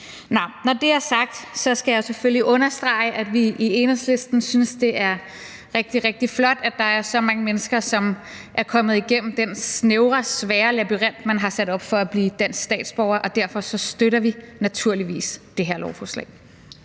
når det er sagt, skal jeg selvfølgelig understrege, at vi i Enhedslisten synes, det er rigtig, rigtig flot, at der er så mange mennesker, som er kommet igennem den snævre og svære labyrint, man har sat op, for at blive dansk statsborger. Derfor støtter vi naturligvis det her lovforslag.